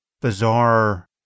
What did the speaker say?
bizarre